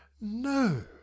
no